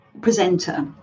presenter